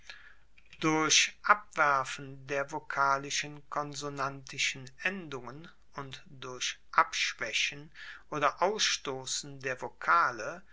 durch abwerfen der vokalischen konsonantischen endungen und durch abschwaechen oder ausstossen der vokale